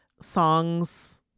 songs